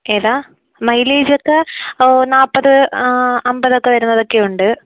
ഏതാണ് മൈലേജൊക്കെ നാൽപ്പത് ആ അമ്പതൊക്കെ വരുന്നതൊക്കെ ഉണ്ട്